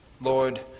Lord